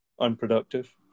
unproductive